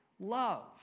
love